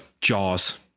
jaws